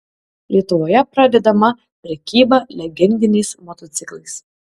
lietuvoje pradedama prekyba legendiniais motociklais